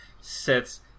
Sets